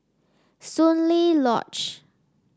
Soon Lee Lodge